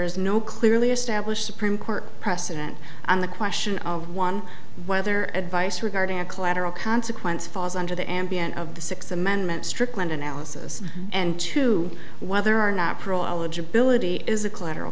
is no clearly established supreme court precedent on the question of one whether advice regarding a collateral consequence falls under the ambient of the six amendment strickland analysis and to whether or not parole eligibility is a collateral